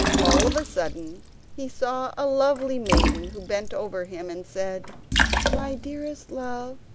all of a sudden he saw a lovely maiden who bent over him and said my dearest love,